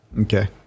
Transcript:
Okay